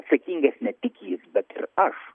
atsakingas ne tik jis bet ir aš